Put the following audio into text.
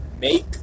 make